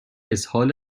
اسهال